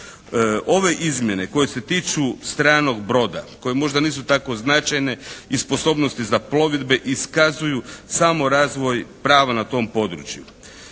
Ove izmjene koje se tiču stranog broda koje možda nisu tako značajne i sposobnosti za plovidbe iskazuju samo razvoj prava na tom području.